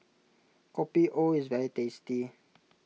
Kopi O is very tasty